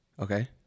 Okay